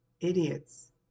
idiots